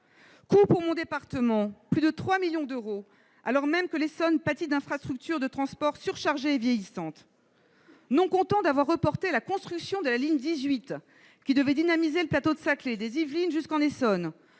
Coût pour mon département : plus de 3 millions d'euros, alors même que l'Essonne pâtit d'infrastructures de transports surchargées et vieillissantes. Non content d'avoir reporté la construction de la ligne 18, qui devait dynamiser le plateau de Saclay, des Yvelines jusqu'en Essonne,